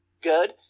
good